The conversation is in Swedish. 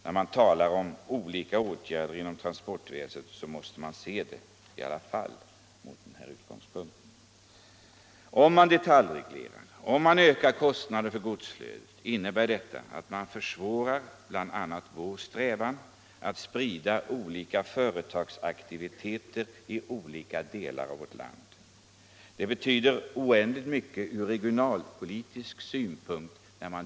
Då man talar om olika åtgärder inom transportväsendet måste man i alla fall se det från denna utgångspunkt. Om man detaljreglerar, om man ökar kostnaderna för godsflödet, innebär detta att man försvårar bl.a. vår strävan att sprida olika företagsaktiviteter i detta land. Det betyder oändligt mycket ur regionalpolitisk synpunkt.